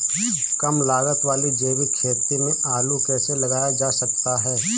कम लागत वाली जैविक खेती में आलू कैसे लगाया जा सकता है?